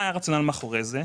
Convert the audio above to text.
מה היה הרציונל מאחורי זה?